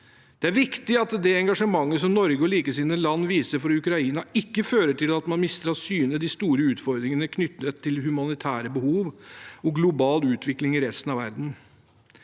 Det er viktig at det engasjementet Norge og likesinnede land viser for Ukraina, ikke fører til at man mister av syne de store utfordringene knyttet til humanitære behov og global utvikling i resten av verden.